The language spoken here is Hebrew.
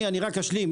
אני רק אשלים.